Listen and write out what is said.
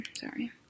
Sorry